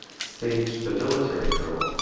staged the military girl,